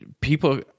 people